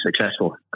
successful